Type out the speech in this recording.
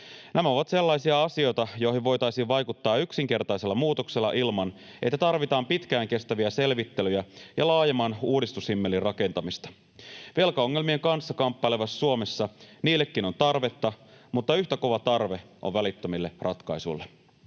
Nämä ovat sellaisia asioita, joihin voitaisiin vaikuttaa yksinkertaisella muutoksella ilman, että tarvitaan pitkään kestäviä selvittelyjä ja laajemman uudistushimmelin rakentamista. Velkaongelmien kanssa kamppailevassa Suomessa niillekin on tarvetta, mutta yhtä kova tarve on välittömille ratkaisuille.